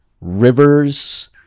rivers